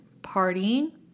partying